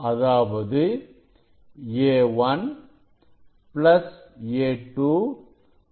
அதாவது A1 plus A2 plus A3